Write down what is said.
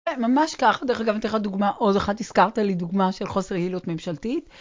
וממש כך, ודרך אגב אני אתן לך דוגמה עוד אחת, הזכרת לי דוגמה של חוסר יעילות ממשלתית.